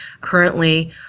Currently